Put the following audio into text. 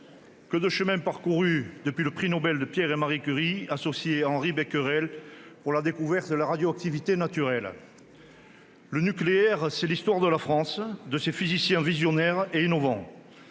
Que de chemin parcouru depuis le prix Nobel attribué à Pierre et Marie Curie, associés à Henri Becquerel, pour la découverte de la radioactivité naturelle ! Le nucléaire, c'est l'histoire de la France, de ses physiciens visionnaires et innovants.